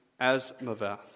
Asmaveth